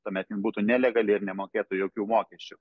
tuomet ji būtų nelegali ir nemokėtų jokių mokesčių